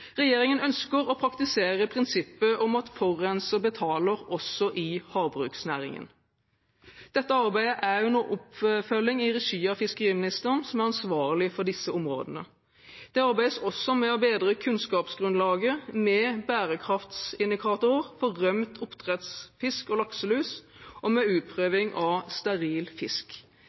Regjeringen ønsker å praktisere prinsippet om at forurenser betaler også i havbruksnæringen. Dette arbeidet er under oppfølging i regi av fiskeriministeren, som er ansvarlig for disse områdene. Det arbeides også med å bedre kunnskapsgrunnlaget, med bærekraftsindikatorer for rømt oppdrettsfisk og lakselus og med utprøving av steril fisk.